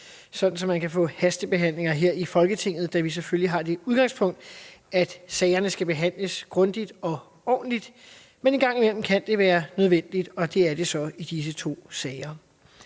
så der kan komme hastebehandlinger her i Folketinget, da vi selvfølgelig har det udgangspunkt, at sagerne skal behandles grundigt og ordentligt. Men en gang imellem kan det være nødvendigt, og det er det så i disse to sager.